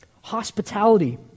Hospitality